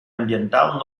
ambiental